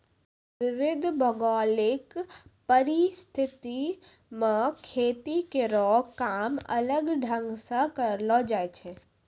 विविध भौगोलिक परिस्थिति म खेती केरो काम अलग ढंग सें करलो जाय छै